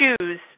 choose